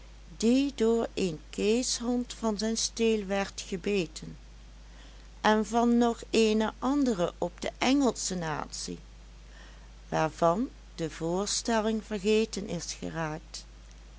die door een keeshond van zijn steel werd gebeten en van nog eene andere op de engelsche natie waarvan de voorstelling vergeten is geraakt